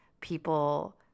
people